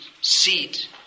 seat